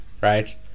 Right